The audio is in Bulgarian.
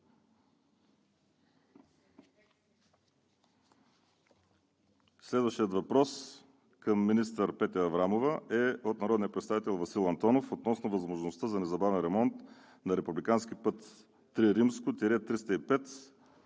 Следващият въпрос към министър Петя Аврамова е от народния представител Васил Антонов относно възможността за незабавен ремонт на републикански път III-305